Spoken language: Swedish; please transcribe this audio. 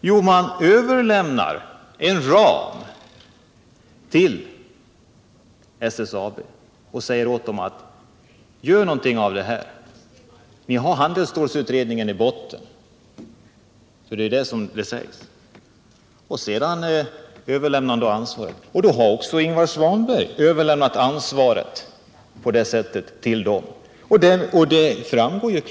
Jo, de ger SSAB en ram och säger: ”Gör någonting av detta!” Med handelsstålsutredningen som grund överlämnar ni ansvaret åt SSAB.